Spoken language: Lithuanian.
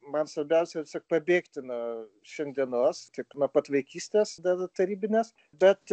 man svarbiausia tiesiog pabėgti nuo šiandienos kaip nuo pat vaikystės dar tarybinės bet